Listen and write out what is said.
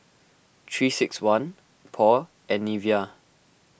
three six one Paul and Nivea